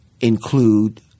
include